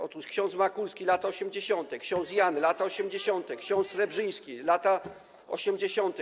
Otóż ks. Makulski - lata 80., ks. Jan - lata 80., ks. Srebrzyński - lata 80.